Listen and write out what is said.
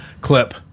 clip